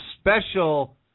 special